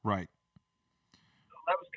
Right